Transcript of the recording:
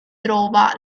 trova